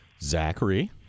Zachary